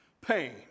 pain